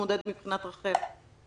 להתמודד מבחינת רח"ל?